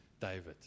David